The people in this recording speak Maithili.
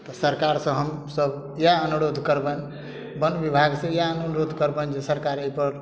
तऽ सरकार सऽ हमसब इएह अनुरोध करबनि वन बिभागके इएह अनुरोध करबनि जे सरकार एहि पर